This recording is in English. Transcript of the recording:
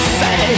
say